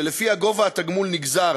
שבה גובה התגמול נגזר